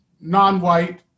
non-white